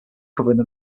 covering